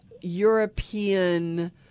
European